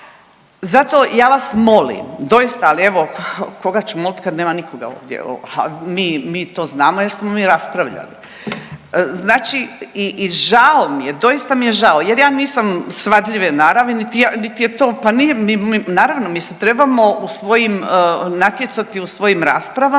Zato ja vas molim, doista, ali evo koga ću molit kad nema nikoga ovdje, a mi, mi to znamo jer smo mi raspravljali, znači i žao mi je, doista mi je žao jer ja nisam svadljive naravi, niti ja, niti je to, pa nije mi, naravno mislim trebamo u svojim, natjecati u svojim raspravama